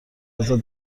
ازت